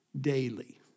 daily